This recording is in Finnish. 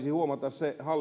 huomata